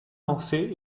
lancé